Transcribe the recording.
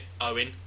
Owen